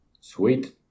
Sweet